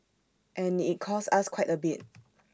and IT costs us quite A bit